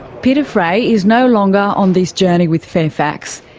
peter fray is no longer on this journey with fairfax.